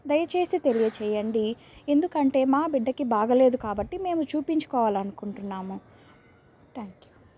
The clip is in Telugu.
దయచేసి తెలియజేయండి ఎందుకంటే మా బిడ్డకి బాగాలేదు కాబట్టి మేము చూపించుకోవాలని అనుకుంటున్నాము థ్యాంక్ యు